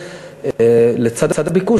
לצד הביקוש,